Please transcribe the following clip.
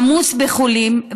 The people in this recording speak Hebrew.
עמוס בחולים,